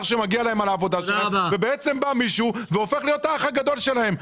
שמגיע להם עבור עבודתם ובעצם בא מישהו והופך להיות האח הגדול שלהם.